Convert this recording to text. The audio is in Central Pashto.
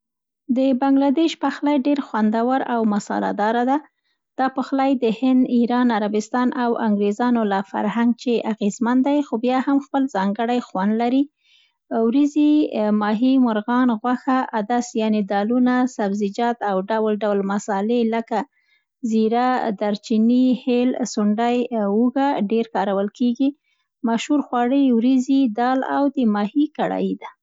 د بنګله دېش پخلی ډېر خوندور او مصاله دار ده. دا پخلی د هند، ایران، عربستان او انګریزانو له فرهنګ چې اغېزمن دی، خو بیا هم خپل ځانګړی خوند لري. وریځې ماهي مرغان، غوښه، عدس (دالونه)، سبزيجات او ډول ډول مصالې، لکه: زیره، دارچیني، هېل، سونډی، هوږه ډېره کارول کېږي. مشهور خواړه وریځي، دال او د ماهي کرایي ده.